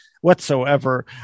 whatsoever